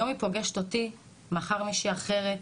היום היא פוגשת אותי, מחר מישהי אחרת.